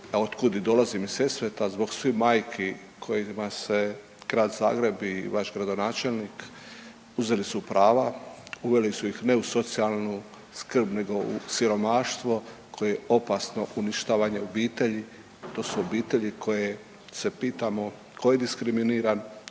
otkud i dolazim iz Sesveta, zbog svih majki kojima se Grad Zagreb i vaš gradonačelnik uzeli su prava, uveli su ih ne u socijalnu skrb nego u siromaštvo koji je opasno uništavanje obitelji, to su obitelji koje se pitamo tko je diskriminiran,